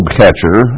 catcher